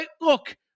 look